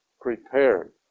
prepared